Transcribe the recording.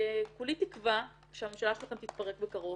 כולי תקווה שהממשלה שלכם תתפרק בקרוב